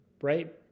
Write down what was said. right